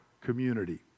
community